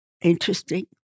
Interesting